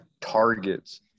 targets